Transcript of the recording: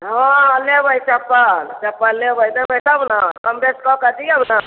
हँ लेबै चपल चपल लेबै देबै तब ने कमबेस कऽ कऽ दिऔ ने